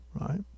right